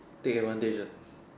take advantage ah